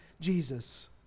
Jesus